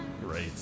Great